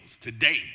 today